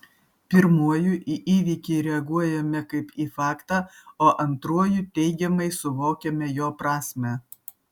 pirmuoju į įvykį reaguojame kaip į faktą o antruoju teigiamai suvokiame jo prasmę